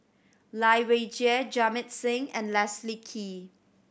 Lai Weijie Jamit Singh and Leslie Kee